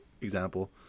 example